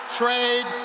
trade